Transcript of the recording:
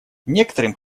некоторым